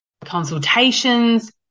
consultations